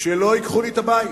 שלא ייקחו לי את הבית,